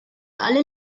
alle